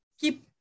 keep